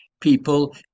people